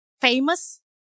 famous